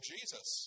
Jesus